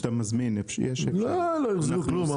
לא החזירו כלום.